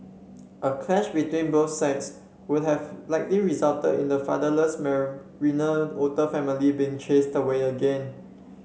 a clash between both sides would have likely resulted in the fatherless Marina otter family being chased away again